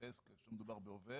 הסעיף לגבי העובד,